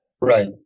Right